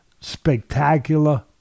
spectacular